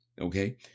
Okay